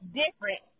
different